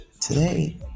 Today